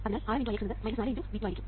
അതിനാൽ Rm x Ix എന്നത് 4 x V2 ആയിരിക്കും